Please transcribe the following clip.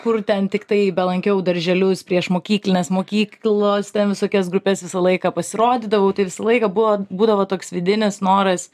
kur ten tiktai belankiau darželius priešmokyklines mokyklos visokias grupes visą laiką pasirodydavau tai visą laiką buvo būdavo toks vidinis noras